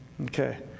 okay